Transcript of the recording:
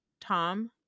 tom